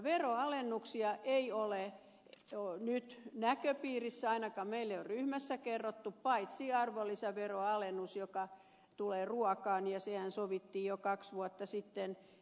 veronalennuksia ei ole nyt näköpiirissä ainakaan meille ei ole ryhmässä kerrottu paitsi arvonlisäveron alennus joka tulee ruokaan ja sehän sovittiin jo kaksi vuotta sitten hallitusneuvotteluissa